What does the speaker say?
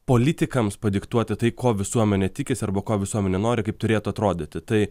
politikams padiktuoti tai ko visuomenė tikisi arba ko visuomenė nori kaip turėtų atrodyti tai